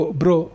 bro